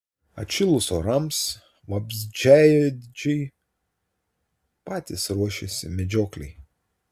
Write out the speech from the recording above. atšilus orams vabzdžiaėdžiai patys ruošiasi medžioklei